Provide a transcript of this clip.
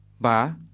BA